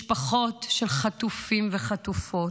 משפחות של חטופים וחטופות.